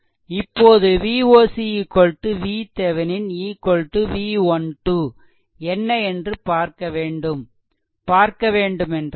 இப்போது Voc VThevenin V12 என்ன என்று பார்க்க வேண்டுமென்றால்